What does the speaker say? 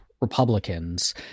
Republicans